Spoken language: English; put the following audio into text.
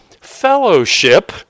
fellowship